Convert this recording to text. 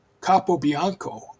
Capobianco